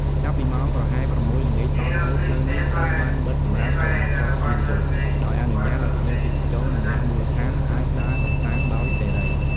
ចាប់ពីម៉ោងប្រហែល ៦ ល្ងាចតទៅ ផ្លូវនេះត្រូវបានបិទសម្រាប់ចរាចរណ៍យានយន្ត ដោយអនុញ្ញាតឲ្យភ្ញៀវទេសចរ និងអ្នកមូលដ្ឋានអាចដើរកម្សាន្តដោយសេរី។